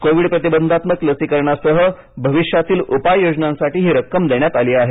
Covid प्रतिबंधात्मक लसीकरणासह भविष्यातील उपाययोजनांसाठी ही रक्कम देण्यात आली आहे